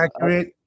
accurate